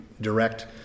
direct